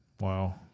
Wow